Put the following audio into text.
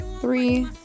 three